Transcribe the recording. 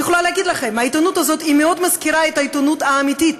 אני יכולה להגיד לכם: העיתונות הזאת מאוד מזכירה את העיתונות האמיתית,